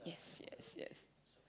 yes yes yes